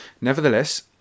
Nevertheless